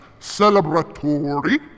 celebratory